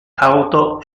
auto